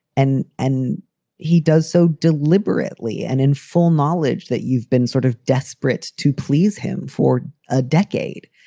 and and he does so deliberately and in full knowledge that you've been sort of desperate to please him for a decade.